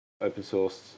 open-source